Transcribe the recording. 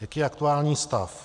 Jaký je aktuální stav?